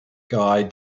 guy